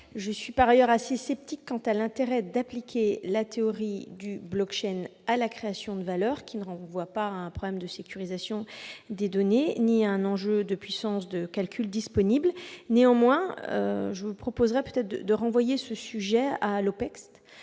Je suis par ailleurs assez sceptique quant à l'intérêt d'appliquer la théorie du à la création de valeur, qui ne renvoie ni à un problème de sécurisation des données ni à un enjeu de puissance de calcul disponible. Néanmoins, je vous propose de renvoyer ce sujet à l'OPECST,